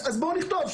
בוא נכתוב,